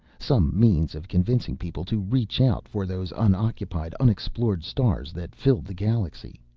some means of convincing people to reach out for those unoccupied, unexplored stars that filled the galaxy,